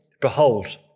behold